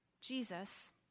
Jesus